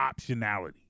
optionality